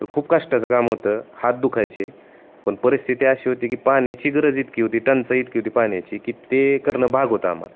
तर खूप काष्टाचं काम होतं हात दुखायचे पण परिस्थिती अशी होती की पाण्याची गरज इतकी होती टंचाई इतकी होती पाण्याची की ते करणंं भाग होतं आम्हाला